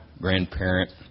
grandparent